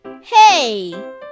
Hey